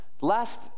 last